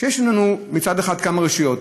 כשיש לנו מצד אחד כמה רשויות,